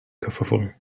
kerfuffle